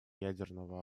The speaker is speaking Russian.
ядерного